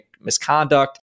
misconduct